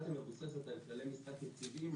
דמוקרטיה מבוססת על כללי משחק יציבים,